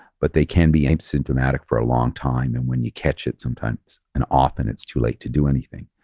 but they can be asymptomatic for a long time and when you catch it sometimes and often it's too late to do anything.